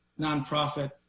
nonprofit